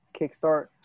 kickstart